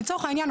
לצורך העניין,